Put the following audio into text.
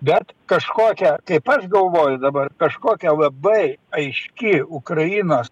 bet kažkokią kaip aš galvoju dabar kažkokią labai aiški ukrainos